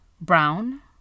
Brown